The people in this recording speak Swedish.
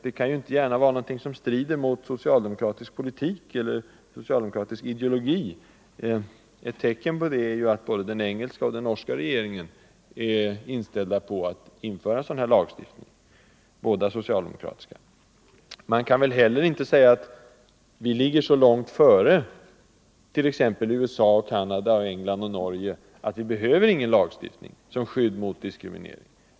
Detta kan ju inte gärna vara något som strider mot socialdemokratisk politik eller socialdemokratisk ideologi. Ett tecken på det är ju att såväl den engelska som den norska regeringen — båda socialdemokratiska — är inställda på att införa lagstiftning av det här slaget. Man kan väl heller inte säga att vi ligger så långt före t.ex. USA, Canada, England och Norge att vi inte behöver någon lagstiftning som skyddar mot diskriminering.